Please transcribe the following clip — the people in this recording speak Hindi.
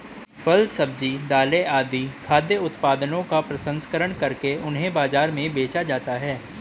फल, सब्जी, दालें आदि खाद्य उत्पादनों का प्रसंस्करण करके उन्हें बाजार में बेचा जाता है